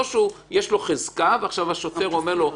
לא שיש לו חזקה ועכשיו השוטר אומר לו,